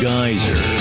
Geyser